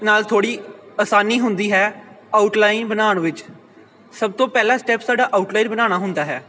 ਨਾਲ ਥੋੜ੍ਹੀ ਆਸਾਨੀ ਹੁੰਦੀ ਹੈ ਆਊਟਲਾਈਨ ਬਣਾਉਣ ਵਿੱਚ ਸਭ ਤੋਂ ਪਹਿਲਾ ਸਟੈਪ ਸਾਡਾ ਆਊਟਲਾਈਨ ਬਣਾਉਣਾ ਹੁੰਦਾ ਹੈ